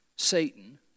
Satan